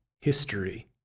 history